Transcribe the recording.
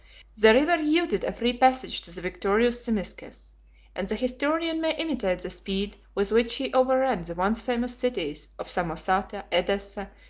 the river yielded a free passage to the victorious zimisces and the historian may imitate the speed with which he overran the once famous cities of samosata, edessa,